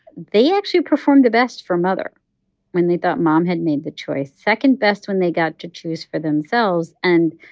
they actually performed the best for mother when they thought mom had made the choice second best when they got to choose for themselves and,